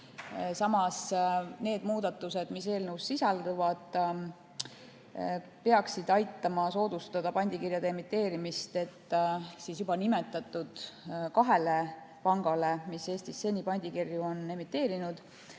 Samas, need muudatused, mis eelnõus sisalduvad, peaksid aitama soodustada pandikirjade emiteerimist, nii et lisaks juba nimetatud kahele pangale, mis Eestis seni pandikirju on emiteerinud,